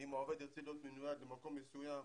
אם העובד ירצה להיות מנויד למקום מסוים,